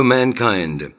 mankind